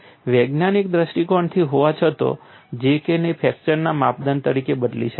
વૈચારિક દૃષ્ટિકોણથી હોવા છતાં J K ને ફ્રેક્ચરના માપદંડ તરીકે બદલી શકે છે